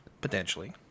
potentially